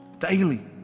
daily